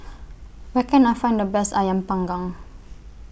Where Can I Find The Best Ayam Panggang